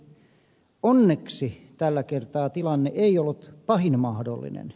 onneksi tällä kertaa tilanne ei ollut pahin mahdollinen